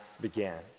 began